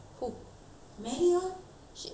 she you told me she is out already [what]